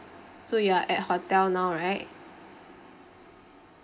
so you're at hotel now right